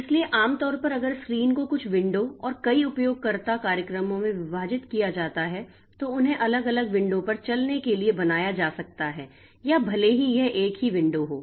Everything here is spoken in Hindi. इसलिए आम तौर पर अगर स्क्रीन को कुछ विंडो और कई उपयोगकर्ता कार्यक्रमों में विभाजित किया जाता है तो उन्हें अलग अलग विंडो पर चलने के लिए बनाया जा सकता है या भले ही यह एक ही विंडो हो